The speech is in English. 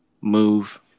Move